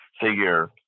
figure